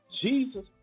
Jesus